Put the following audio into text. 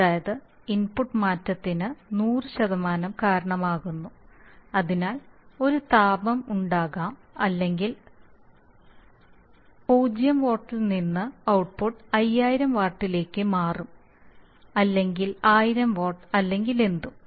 അതായത് ഇൻപുട്ട് മാറ്റത്തിന് 100 കാരണമാകുന്നു അതിനാൽ ഒരു താപം ഉണ്ടാകാം അല്ലെങ്കിൽ 0 വാട്ടിൽ നിന്ന് ഔട്ട്പുട്ട് 5000 വാട്ടിലേക്ക് മാറും അല്ലെങ്കിൽ 1000 വാട്ട് അല്ലെങ്കിൽ എന്തും